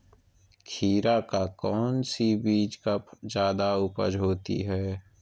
खीरा का कौन सी बीज का जयादा उपज होती है?